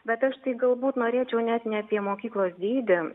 bet aš tai galbūt norėčiau net ne apie mokyklos dydį